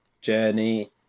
journey